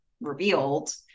revealed